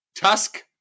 Tusk